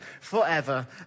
forever